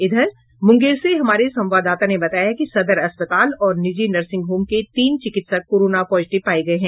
इधर मुंगेर से हमारे संवादाता ने बताया है कि सदर अस्पताल और निजी नर्सिंग होम के तीन चिकित्सक कोरोना पॉजिटिव पाये गये हैं